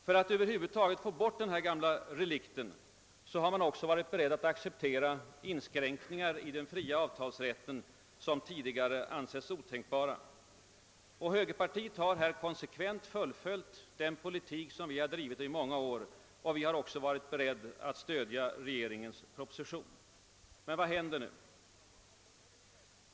För att över huvud taget få bort denna gamla relikt har man också varit beredd att acceptera inskränkningar i den fria avtalsrätten som tidigare ansetts otänkbara. Högerpartiet har här konsekvent fullföljt den politik som vi drivit i många år, och vi har också varit beredda att stödia regeringens proposition. Men vad händer nu?